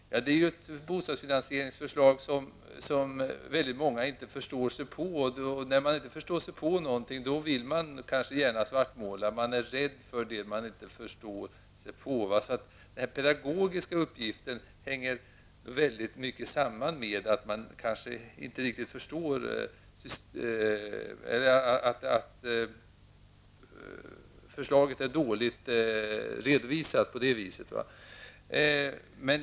Det är ett bostadsfinansieringsförslag som väldigt många inte förstår sig på. När man inte förstår sig på någonting vill man gärna svartmåla. Man är rädd för det man inte förstår. Den pedagogiska uppgiften hänger väldigt mycket samman med att förslaget är dåligt redovisat.